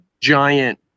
giant